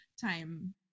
time